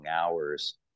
hours